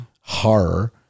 Horror